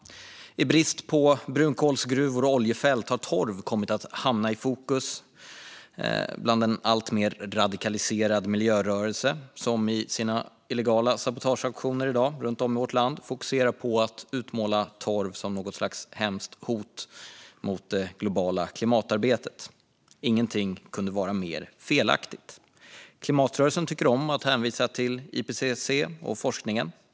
I brist på brunkolsgruvor och oljefält har torv kommit att hamna i fokus hos en alltmer radikaliserad miljörörelse, som i sina illegala sabotageaktioner runt om i vårt land i dag fokuserar på att utmåla torv som något hemskt hot mot det globala klimatarbetet. Ingenting kunde vara mer felaktigt. Klimatrörelsen tycker om att hänvisa till IPCC och forskningen.